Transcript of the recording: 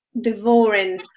devouring